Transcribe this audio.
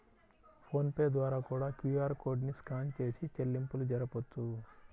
phone pay ద్వారా కూడా QR code ని స్కాన్ చేసి చెల్లింపులు జరపొచ్చు